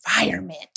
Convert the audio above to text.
environment